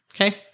Okay